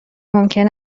ممکن